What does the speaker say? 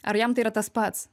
ar jam tai yra tas pats